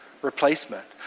replacement